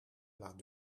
laat